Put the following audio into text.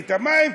את המים,